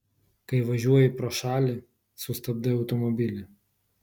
kai važiuoji pro šalį sustabdai automobilį